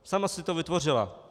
Sama si to vytvořila.